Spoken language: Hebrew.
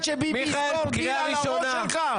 חדש ולכן טענתי על ההסתייגות הזאת נושא